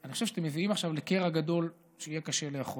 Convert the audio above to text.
אני חושב שאתם מביאים עכשיו לקרע גדול שיהיה קשה לאחות.